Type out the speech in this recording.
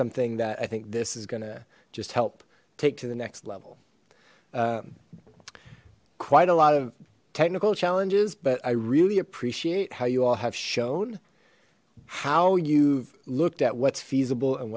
something that i think this is going to just help take to the next level quite a lot of technical challenges but i really appreciate how you all have shown how you've looked at what's feasible and